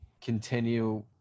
continue